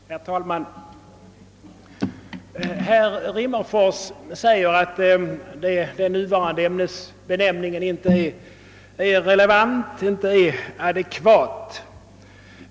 Herr talman! Herr Rimmerfors säger att den nuvarande ämnesbenämningen inte är relevant, inte är adekvat.